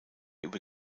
über